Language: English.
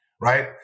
right